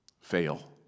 Fail